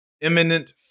imminent